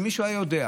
אם מישהו היה יודע,